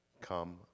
Come